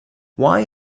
why